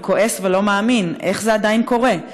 כועס ולא מאמין: איך זה עדיין קורה?